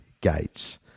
gates